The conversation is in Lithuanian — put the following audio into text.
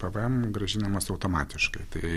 pvm grąžinimas automatiškai tai